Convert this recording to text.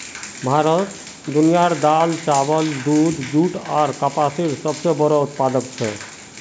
भारत दुनियार दाल, चावल, दूध, जुट आर कपसेर सबसे बोड़ो उत्पादक छे